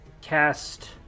cast